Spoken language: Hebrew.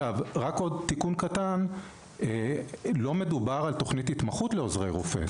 רק תיקון קטן: לא מדובר בתכנית התמחות לעוזרי רופא.